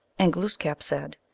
and glooskap said,